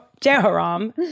Jehoram